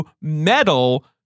metal